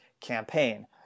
campaign